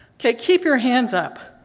okay. keep your hands up.